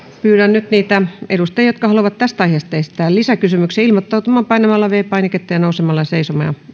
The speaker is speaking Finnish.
pyydän nyt niitä edustajia jotka haluavat tästä aiheesta esittää lisäkysymyksiä ilmoittautumaan painamalla viides painiketta ja nousemalla seisomaan